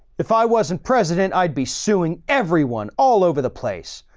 if i wasn't president, i'd be suing everyone all over the place,